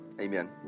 Amen